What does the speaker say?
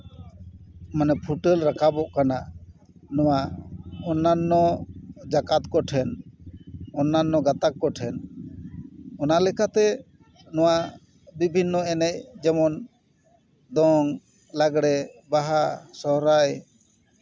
ᱢᱟᱱᱮ ᱯᱷᱩᱴᱟᱹᱞ ᱨᱟᱠᱟᱵᱚᱜ ᱠᱟᱱᱟ ᱱᱚᱣᱟ ᱚᱱᱱᱟᱱᱱᱚ ᱡᱟᱠᱟᱛ ᱠᱚᱴᱷᱮᱱ ᱚᱱᱱᱟᱱᱱᱚ ᱜᱟᱛᱟᱛᱟᱠ ᱠᱚᱴᱷᱮᱱ ᱚᱱᱟ ᱞᱮᱠᱟᱛᱮ ᱱᱚᱣᱟ ᱵᱤᱵᱷᱤᱱᱱᱚ ᱮᱱᱮᱡ ᱡᱮᱢᱚᱱ ᱫᱚᱝ ᱞᱟᱜᱽᱲᱮ ᱵᱟᱦᱟ ᱥᱚᱦᱚᱨᱟᱭ